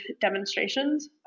demonstrations